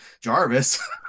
Jarvis